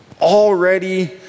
already